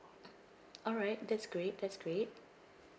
alright that's great that's great